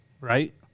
right